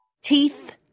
Teeth